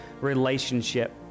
relationship